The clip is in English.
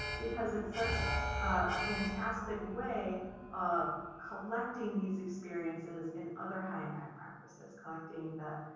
because it's such a fantastic way of collecting these experiences and other high impact practices, collecting that,